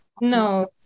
No